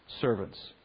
servants